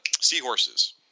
seahorses